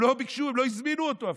הם לא ביקשו, הם לא הזמינו אותו אפילו.